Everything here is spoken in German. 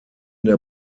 der